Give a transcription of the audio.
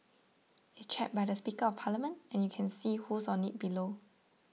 it's chaired by the Speaker of Parliament and you can see who's on it below